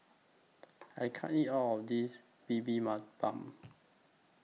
I can't eat All of This Bibimbap